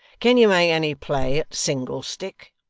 can you make any play at single-stick